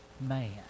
man